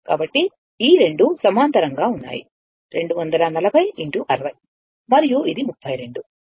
కాబట్టి ఈ రెండు సమాంతరంగా ఉన్నాయి 240 x 60 మరియు ఇది 32